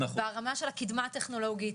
ברמה של הקדמה הטכנולוגית,